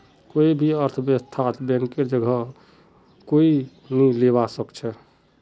कोई भी अर्थव्यवस्थात बैंकेर जगह कोई नी लीबा सके छेक